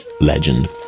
legend